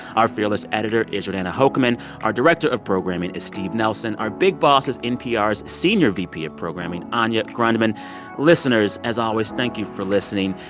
our fearless editor is jordana hochman our director of programming is steve nelson. our big boss is npr's senior vp of programming anya grundmann listeners, as always, thank you for listening.